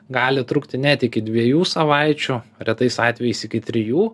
gali trukti net iki dviejų savaičių retais atvejais iki trijų